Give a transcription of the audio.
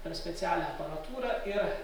per specialią aparatūrą ir